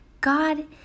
God